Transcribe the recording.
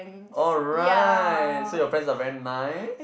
alright so your friends are very nice